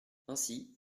ainsi